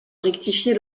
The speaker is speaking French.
rectifier